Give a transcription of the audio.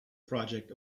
project